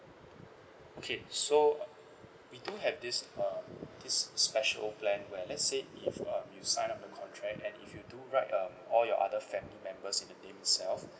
okay so we do have this uh this special plan where let's say if um you sign up the contract and if you do write um all your other family members in the name itself